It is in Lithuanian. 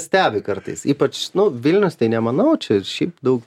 stebi kartais ypač nu vilnius tai nemanau čia šiaip daug